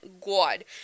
God